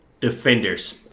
defenders